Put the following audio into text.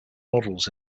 models